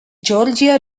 georgia